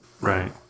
Right